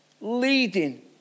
leading